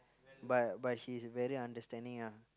but but he's very understanding ah